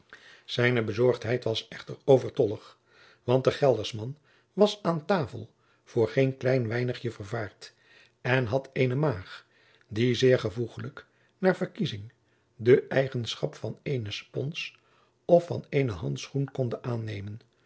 zijne bezorgdheid was echter overtollig want de gelderschman was aan tafel voor geen klein weinigje vervaard en had eene maag die zeer gevoegelijk naar verkiezing de eigenschap van eene spons of van eenen handschoen konde aannemen